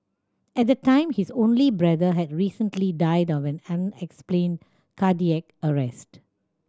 at the time his only brother had recently died of an unexplained cardiac arrest